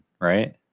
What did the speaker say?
Right